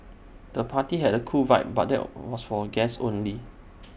the party had A cool vibe but there was for guests only